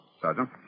Sergeant